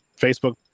Facebook